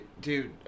Dude